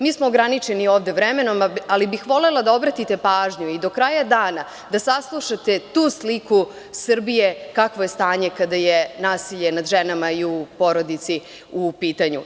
Mi smo ovde ograničeni vremenom, ali bih volela da obratite pažnju i do kraja dana da saslušate tu sliku Srbije, kakvo je stanje kada je nasilje nad ženama i u porodici u pitanju.